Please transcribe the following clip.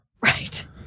Right